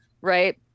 Right